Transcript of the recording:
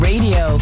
Radio